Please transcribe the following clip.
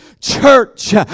church